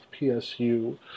PSU